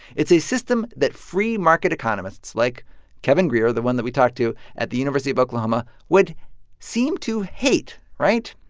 it's a system that free-market economists, like kevin grier, the one that we talked to at the university of oklahoma, would seem to hate, right?